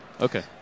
Okay